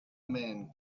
men